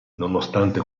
nonostante